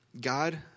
God